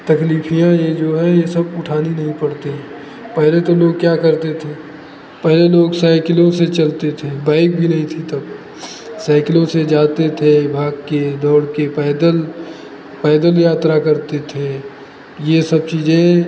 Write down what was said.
तकलीफ ये जो हैं ये सब उठानी नहीं पड़ते हैं पहले तो लोग क्या करते थे पहले लोग साइकिलों से चलते थे बाइक भी नहीं थी तब साइकिलों से जाते थे भाग के दौड़ के पैदल पैदल यात्रा करते थे ये सब चीज़ें